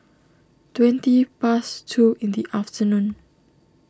twenty past two in the afternoon